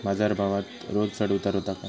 बाजार भावात रोज चढउतार व्हता काय?